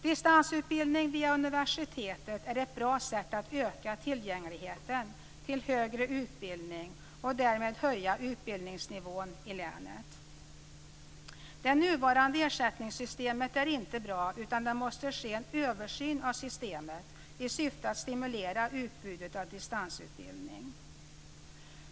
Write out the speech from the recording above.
Distansutbildning via universitetet är ett bra sätt att öka tillgängligheten till högre utbildning och därmed höja utbildningsnivån i länet. Det nuvarande ersättningssystemet är inte bra, utan det måste ske en översyn av systemet i syfte att stimulera utbudet av distansutbildning.